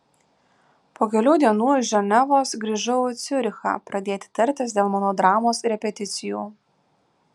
po kelių dienų iš ženevos grįžau į ciurichą pradėti tartis dėl mano dramos repeticijų